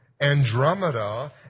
Andromeda